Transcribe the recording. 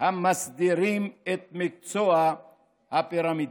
המסדירים את מקצוע הפרמדיק.